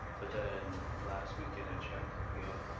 but then last weekend i check again.